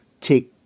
take